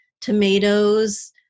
tomatoes